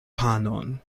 panon